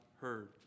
heard